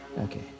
Okay